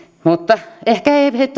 mutta ehkä he